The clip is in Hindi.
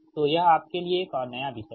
तो यह आपके लिए एक और नया विषय है